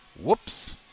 whoops